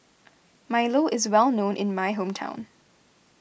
Milo is well known in my hometown